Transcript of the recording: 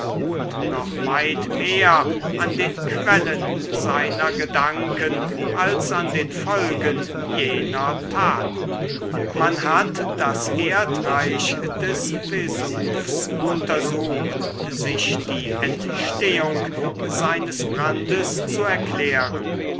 und noch weit mehr an den quellen seiner gedanken als an den folgen jener taten man hat das erdreich des vesuvs untersucht sich die entstehung seines brandes zu erklären